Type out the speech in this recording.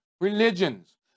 religions